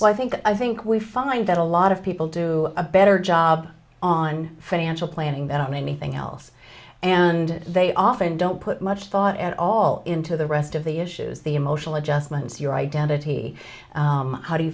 so i think i think we find that a lot of people do a better job on financial planning than anything else and they often don't put much thought at all into the rest of the issues the emotional adjustments your identity how do you